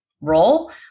role